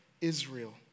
Israel